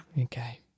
Okay